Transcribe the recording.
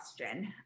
question